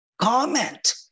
comment